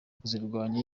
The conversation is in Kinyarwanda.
kuzirwanya